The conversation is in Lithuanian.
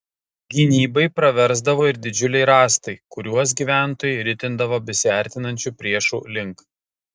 gynybai praversdavo ir didžiuliai rąstai kuriuos gyventojai ritindavo besiartinančių priešų link